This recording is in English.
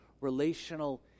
relational